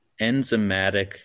enzymatic